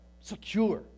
secure